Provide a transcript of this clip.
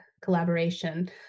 collaboration